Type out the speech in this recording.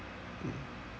mm